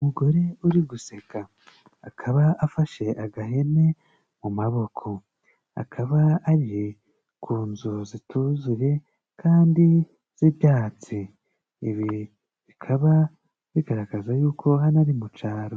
Umugore uri guseka, akaba afashe agahene mu maboko, akaba ari ku nzu zituzuye kandi z'ibyatsi. Ibi bikaba bigaragaza yuko hano ari mu cyaro.